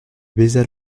baisa